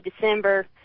December